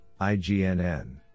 IGNN